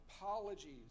apologies